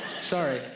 Sorry